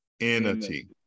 entity